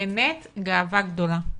באמת גאווה גדולה.